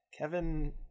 kevin